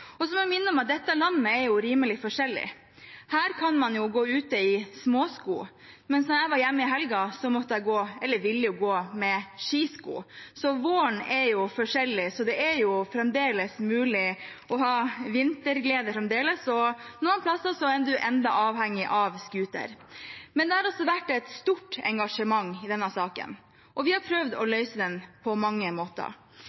Så må jeg minne om at dette landet er rimelig forskjellig. Her kan man jo gå ute i småsko, mens da jeg var hjemme i helgen, kunne jeg gå med skisko. Så våren er forskjellig, det er mulig å ha vinterglede fremdeles, og noen steder er man ennå avhengig av scooter. Det har altså vært et stort engasjement i denne saken, og vi har prøvd å